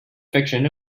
fiction